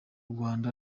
rwanda